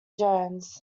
jones